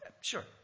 Sure